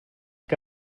que